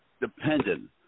dependent